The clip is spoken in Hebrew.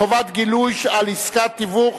חובת גילוי על עסקת תיווך),